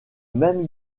même